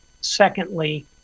secondly